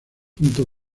punto